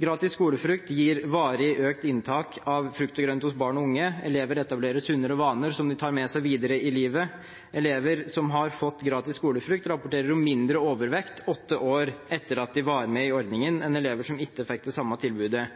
Gratis skolefrukt gir varig økt inntak av frukt og grønt hos barn og unge. Elever etablerer sunnere vaner som de tar med seg videre i livet. Blant elever som har fått gratis skolefrukt, rapporteres det om mindre overvekt åtte år etter at de var med i ordningen, enn blant elever som ikke fikk det samme tilbudet.